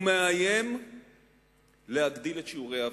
הוא מאיים להגדיל את שיעורי האבטלה.